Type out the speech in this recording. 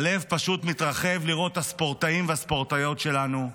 הלב פשוט מתרחב לראות את הספורטאים והספורטאיות שלנו.